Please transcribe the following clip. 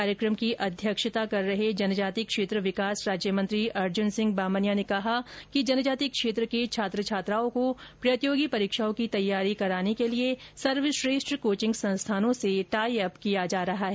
कार्यक्रम की अध्यक्षता कर रहे जनजाति क्षेत्र विकास राज्य मंत्री अर्जुन सिंह बामनिया ने कहा कि जनजाति क्षेत्र के छात्र छात्राओं को प्रतियोगी परीक्षाओं की तैयारी कराने के लिए सर्वश्रेष्ठ कोचिंग संस्थानों से टाई अप किया जा रहा है